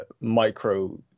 micro